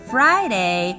Friday